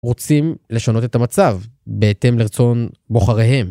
רוצים לשנות את המצב בהתאם לרצון בוחריהם.